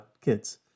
kids